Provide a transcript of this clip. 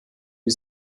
die